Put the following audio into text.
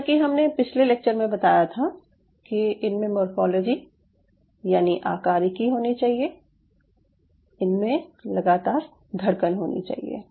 जैसा कि हमने पिछले लेक्चर में बताया था कि इनमें मॉर्फोलॉजी यानि आकारिकी होनी चाहिए इनमे लगातार धड़कन होनी चाहिए